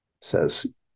says